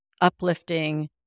uplifting